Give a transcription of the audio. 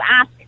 ask